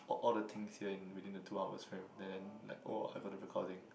or all the things here in within the two hours frame and then like oh I got the recording